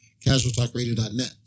casualtalkradio.net